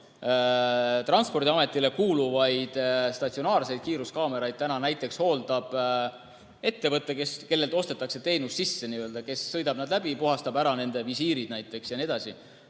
haldama. Transpordiametile kuuluvaid statsionaarseid kiiruskaameraid näiteks hooldab ettevõte, kellelt ostetakse teenust sisse, kes sõidab nad läbi, puhastab ära nende visiirid jne.